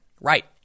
Right